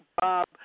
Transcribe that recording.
Bob